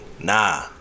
nah